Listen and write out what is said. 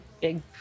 big